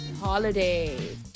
holidays